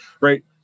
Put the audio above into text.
right